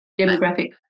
demographic